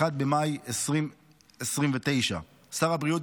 1 במאי 2029. שר הבריאות,